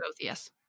Yes